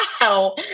wow